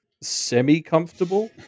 semi-comfortable